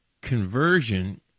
conversion